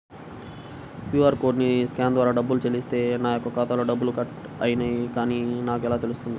QR కోడ్ని scan ద్వారా డబ్బులు చెల్లిస్తే నా యొక్క ఖాతాలో డబ్బులు కట్ అయినవి అని నాకు ఎలా తెలుస్తుంది?